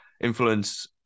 influence